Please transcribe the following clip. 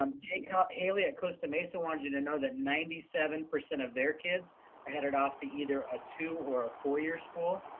um jacob haley at costa mesa wanted you to know that ninety seven percent of their kids are headed off to either a two or a four-year school.